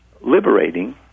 liberating